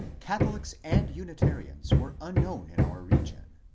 catholics and unitarians were unknown in our region,